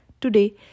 Today